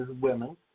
women